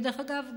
ודרך אגב,